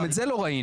גם את זה לא ראינו.